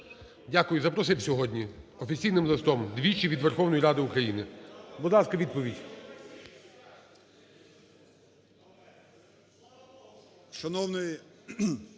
Дякую. Запросив сьогодні офіційним листом двічі від Верховної Ради України. Будь ласка, відповідь.